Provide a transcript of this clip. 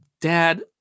dad